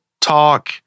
talk